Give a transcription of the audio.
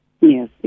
Yes